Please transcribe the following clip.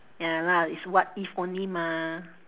ya lah it's what if only mah